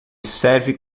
serve